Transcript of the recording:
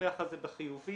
נדווח על זה בחיובי